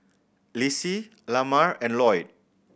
Lissie Lamar and Loyd